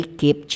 keep